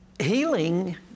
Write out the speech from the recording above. Healing